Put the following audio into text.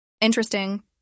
Interesting